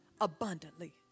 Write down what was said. abundantly